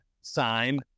sign